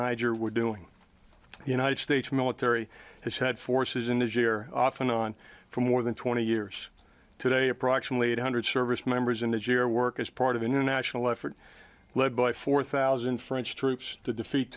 niger were doing the united states military has had forces in this year off and on for more than twenty years today approximately eight hundred service members in that year work as part of an international effort led by four thousand french troops to defeat